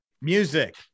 Music